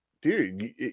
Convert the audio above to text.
dude